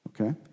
okay